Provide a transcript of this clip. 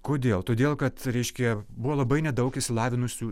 kodėl todėl kad reiškia buvo labai nedaug išsilavinusių